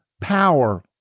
power